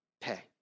pay